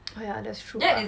oh yeah that's true ah